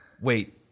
wait